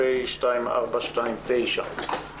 פ/2429/23.